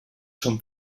són